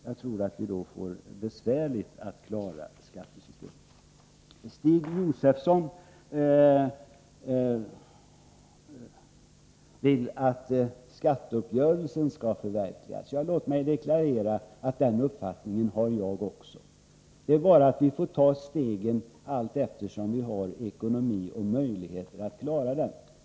Jag tror att vi då får det besvärligt att klara skattesystemet. Stig Josefson vill att skatteuppgörelsen skall förverkligas. Låt mig deklarera att också jag har den uppfattningen. Det är bara det att vi får ta stegen allteftersom vi har ekonomiska möjligheter att klara dem.